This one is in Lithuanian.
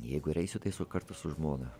jeigu ir eisiu tai su kartu su žmona